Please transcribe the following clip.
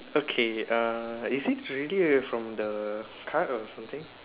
okay uh is it really a from the card or something